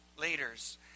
Leaders